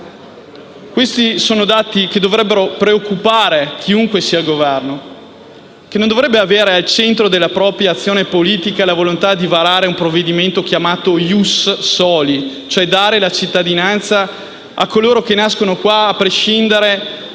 Sono dati che dovrebbero preoccupare chiunque sia al Governo, che non dovrebbe avere al centro della propria azione politica la volontà di varare un provvedimento chiamato *ius soli*, per dare la cittadinanza a coloro che nascono qui a prescindere